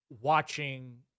watching –